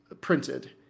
printed